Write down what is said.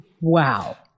Wow